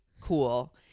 Cool